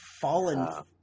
fallen